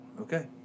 Okay